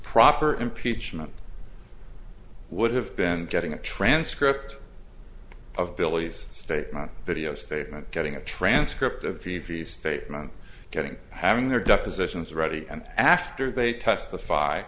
proper impeachment would have been getting a transcript of billy's statement video statement getting a transcript of v v statement getting having their duck positions ready and after they testify